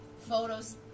photos